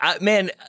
Man